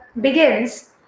begins